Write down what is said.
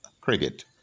cricket